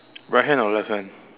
right hand or left hand